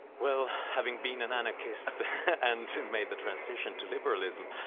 well having been an anarchist and made the transition to liberalism,